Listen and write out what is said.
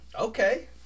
Okay